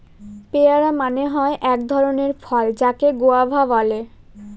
পেয়ারা মানে হয় এক ধরণের ফল যাকে গুয়াভা বলে